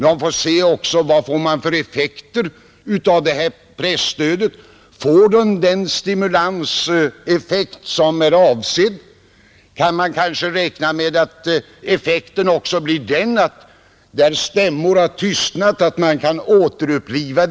Den får undersöka vilka effekterna blir av detta presstöd. Får stödet den stimulanseffekt som är avsedd? Kan man räkna med att effekten även blir den att tystnade stämmor kan återupplivas?